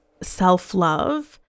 self-love